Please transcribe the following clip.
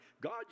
God